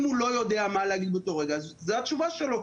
אם הוא לא יודע מה להגיד באותו רגע אז זאת התשובה שלו,